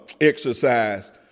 exercise